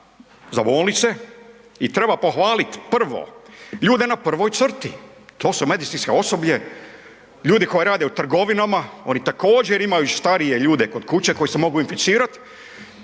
za bolnice i treba pohvalit, prvo ljude na prvoj crti, to su medicinsko osoblje, ljudi koji rade u trgovinama, oni također imaju starije ljude kod kuće koji se mogu inficirat,